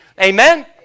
Amen